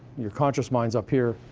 your conscious mind's up here,